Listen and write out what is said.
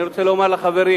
אני רוצה לומר לחברים,